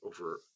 over